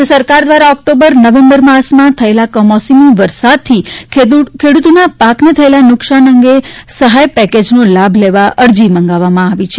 રાજ્ય સરકાર દ્વારા ઓક્ટોબર નવેમ્બર માસમાં થયેલા કમોસમી વરસાદથી ખેડૂતોના પાકને થયેલા નુકસાન અંગે સહાય પેકેજનો લાભ લેવા અરજી મંગાવવામાં આવી છે